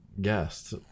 guest